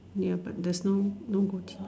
ya but there's no no goatee